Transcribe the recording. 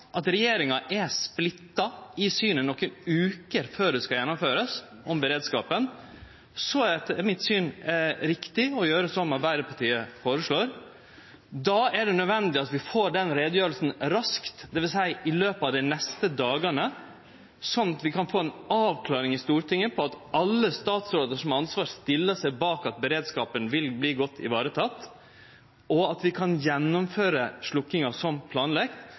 at regjeringa er splitta i synet på beredskapen nokre veker før det skal gjennomførast, er det etter mitt syn riktig å gjere som Arbeidarpartiet føreslår. Då er det nødvendig at vi får den utgreiinga raskt – det vil seie i løpet av dei neste dagane – slik at vi kan få ei avklaring i Stortinget om at alle statsrådar som har ansvar, stiller seg bak at beredskapen vil verte godt vareteken, og at vi kan gjennomføre sløkkinga som